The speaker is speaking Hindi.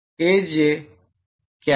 अज क्या है